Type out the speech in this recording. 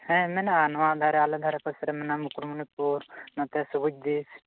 ᱦᱮᱸ ᱢᱮᱱᱟᱜᱼᱟ ᱱᱚᱣᱟ ᱫᱷᱟᱨᱮ ᱟᱞᱮ ᱫᱷᱟᱨᱮ ᱯᱟᱥᱮᱨᱮ ᱢᱮᱱᱟᱜ ᱢᱩᱠᱩᱴᱢᱩᱱᱤᱯᱩᱨ ᱱᱚᱛᱮ ᱥᱚᱵᱩᱡᱽ ᱫᱤᱯ